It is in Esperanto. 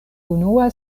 unua